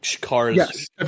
cars –